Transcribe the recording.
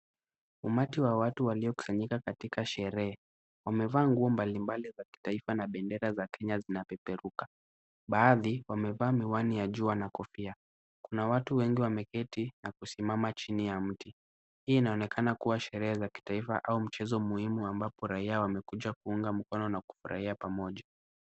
Umati watu walio sanyika katika sherehe, wamevaa nguo mbalimbali za kitaifa na bendera za Kenya zinapeperuka, baadhi wamevaa miwani ya jua na kofia, kuna watu wengi wameketi na kusimama chini ya mti, hii inaonekana kuwa sherehe za kitaifa au mchezo muhimu ambako raia wamekuja kuunga mkono na kufurahia pamoja.